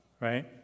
right